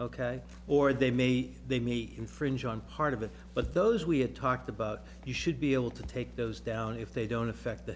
ok or they may they may infringe on part of it but those we have talked about you should be able to take those down if they don't affect the